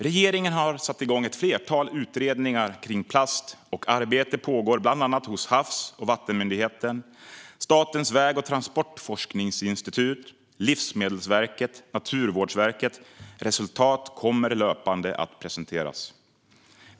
Regeringen har satt igång ett flertal utredningar om plast, och arbete pågår hos bland annat hos Havs och vattenmyndigheten, Statens väg och transportforskningsinstitut, Livsmedelsverket och Naturvårdsverket. Resultat kommer löpande att presenteras.